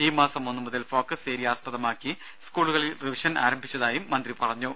ഈ മാസം ഒന്നു മുതൽ ഫോക്കസ് ഏരിയ ആസ്പദമാക്കി സ്കൂളുകളിൽ റിവിഷനും ആരംഭിച്ചതായി മന്ത്രി പറഞ്ഞു